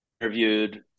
interviewed